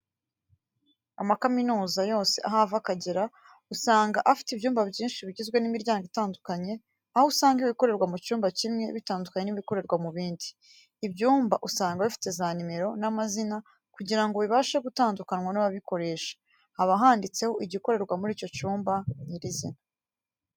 Amakaminuza yose aho ava akagera, usanga afite ibyumba byinshi bigizwe n'imiryango itandukanye, aho usanga ibikorerwa mu cyumba kimwe bitandukanye n'ibikorerwa mu bindi. Ibyumba usanga bifite za nimero n'amazina kugira ngo bibashe gutandukanywa n'ababikoresha. Haba handitseho igikorerwa muri icyo cyumba nyirizina.